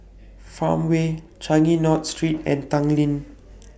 Farmway Changi North Street and Tanglin